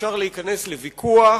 אפשר להיכנס לוויכוח,